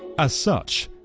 as such,